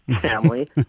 family